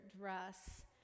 dress